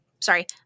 Sorry